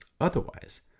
Otherwise